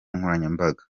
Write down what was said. nkoranyambaga